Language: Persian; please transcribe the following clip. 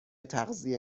تغذیه